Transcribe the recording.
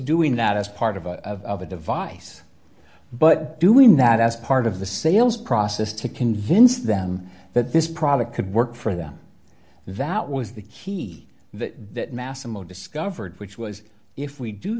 doing that as part of a device but doing that as part of the sales process to convince them that this product could work for them that was the key that massimo discovered which was if we do